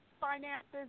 finances